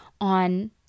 on